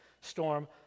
storm